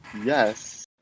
Yes